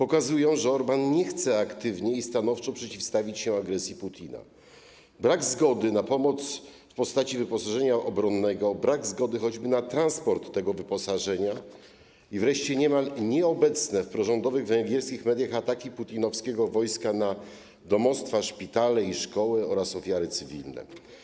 Okazuje się, że Orbán nie chce aktywnie i stanowczo przeciwstawić się agresji Putina: brak zgody na pomoc w postaci wyposażenia obronnego, brak zgody choćby na transport tego wyposażenia i wreszcie niemal nieobecne w prorządowych węgierskich mediach ataki putinowskiego wojska na domostwa, szpitale i szkoły oraz ofiary cywilne.